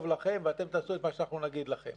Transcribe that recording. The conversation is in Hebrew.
לכם ואתם תעשו את מה שאנחנו נגיד לכם.